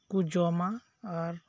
ᱠᱚ ᱡᱚᱢᱟ ᱟᱨ